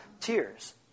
tears